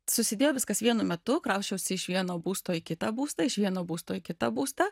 susidėjo viskas vienu metu krausčiausi iš vieno būsto į kitą būstą iš vieno būsto į kitą būstą